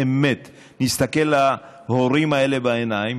שבאמת נסתכל להורים האלה בעיניים